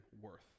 worth